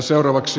puhemies